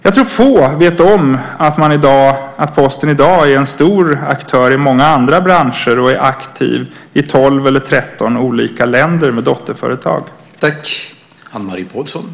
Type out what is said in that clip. Jag tror att få vet om att Posten i dag är en stor aktör i många andra branscher och är aktiv med dotterföretag i 12 eller 13 olika länder.